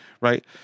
Right